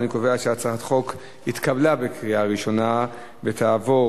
ההצעה להעביר את הצעת החוק לתיקון פקודת התעבורה